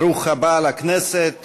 ברוך הבא לכנסת,